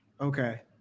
okay